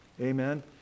amen